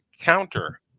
counter